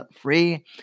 free